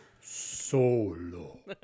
Solo